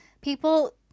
people